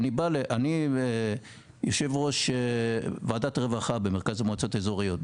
אני ויושב ראש ועדת רווחה במרכז המועצות האזוריות,